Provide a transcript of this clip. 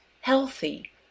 healthy